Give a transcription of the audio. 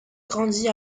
grandit